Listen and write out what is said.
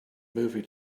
movie